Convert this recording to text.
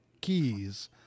keys